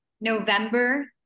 november